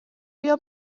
بیا